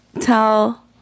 tell